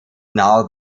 now